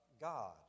God